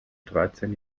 dreizehn